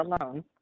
alone